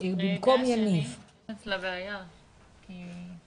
אני חושבת שהפתרון כי טוב